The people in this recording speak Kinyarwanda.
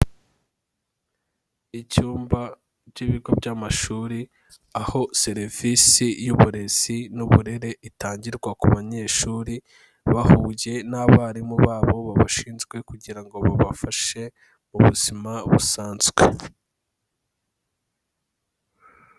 Icyumba k'ibigo by'amashuri, aho serivisi y'uburezi n'uburere itangirwa ku banyeshuri bahuye n'abarimu babo babashinzwe kugira ngo babafashe mu buzima busanzwe.